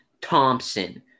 Thompson